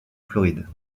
floride